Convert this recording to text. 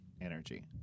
energy